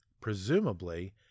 presumably